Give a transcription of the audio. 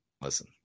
listen